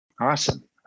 Awesome